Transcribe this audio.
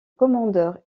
commandeur